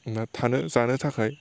दा थानो जानो थाखाय